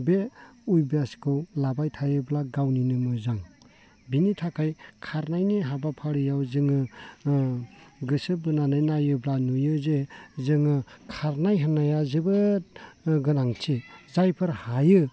बे अयभ्यासखौ लाबाय थायोब्ला गावनिनो मोजां बिनि थाखाय खारनायनि हाबाफारियाव जोङो गोसो बोनानै नायोब्ला नुयो जे जोङो खारनाय होननाया जोबोद गोनांथि जायफोर हायो